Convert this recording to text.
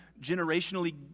generationally